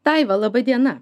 daiva laba diena